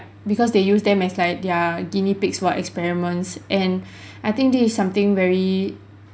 because they use them as like their guinea pigs for experiments and I think this is something very